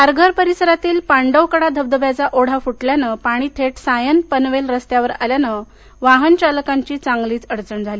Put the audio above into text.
खारघर परिसरातील पांडवकडा धबधब्याचा ओढा फुटल्याने पाणी थेट सायन पनवेल रस्त्यावर आल्यानं वाहन चालकांची चांगलीच अडचण झाली